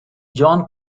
john